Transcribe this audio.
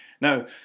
Now